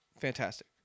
fantastic